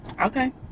Okay